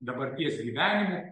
dabarties gyvenimu